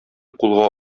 кулга